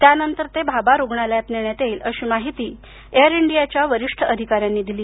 त्यांनतर ते भाभा रुग्णालयात नेण्यात येईल अशी माहिती एअर इंडियाच्या वरिष्ठ अधिकाऱ्यांनी दिली